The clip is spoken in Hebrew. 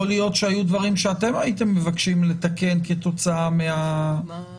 יכול להיות שהיו דברים שאתם הייתם מבקשים לתקן כתוצאה מהעניין.